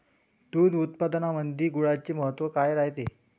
दूध उत्पादनामंदी गुळाचे महत्व काय रायते?